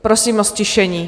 Prosím o ztišení.